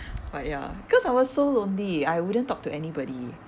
but ya cause I was so lonely I wouldn't talk to anybody